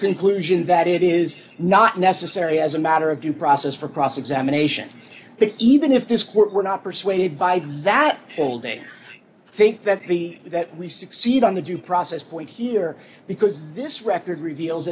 conclusion that it is not necessary as a matter of due process for cross examination but even if this were not persuaded by that whole day i think that the that we succeed on the due process point here because this record reveals